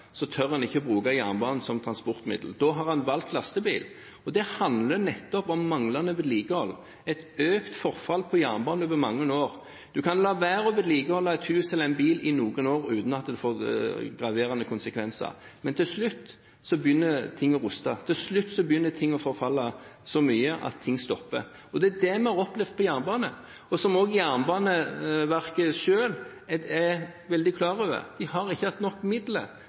tør en ikke å bruke jernbanen som transportmiddel. Da har en valgt lastebil. Det handler nettopp om manglende vedlikehold – et økt forfall på jernbane over mange år. Du kan la være å vedlikeholde et hus eller en bil i noen år uten at det får graverende konsekvenser, men til slutt begynner ting å ruste, til slutt begynner ting å forfalle så mye at ting stopper. Det er det vi har opplevd på jernbane, og som også Jernbaneverket selv er veldig klar over. De har ikke hatt nok midler